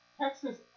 Texas